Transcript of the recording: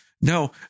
Now